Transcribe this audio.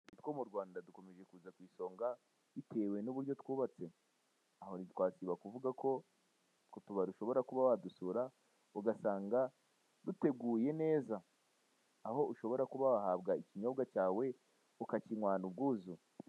Utubari two mu Rwanda dukomeje kuza ku isonga bitewe n'uburyo twubatse aho nitwasiba kuvuga ko utwo tubari ushobora kuba wadusura ugasanga duteguye neza aho ushobora kuba wahabwa ikinyobwa cyawe ukakinywana ubwuzu.